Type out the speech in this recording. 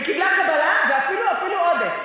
וקיבלה קבלה ואפילו עודף.